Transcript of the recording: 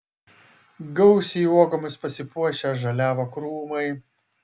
gausiai uogomis pasipuošę žaliavo krūmai